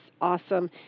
awesome